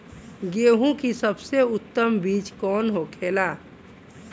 गेहूँ की सबसे उत्तम बीज कौन होखेला?